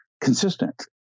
consistent